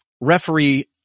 Referee